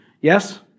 Yes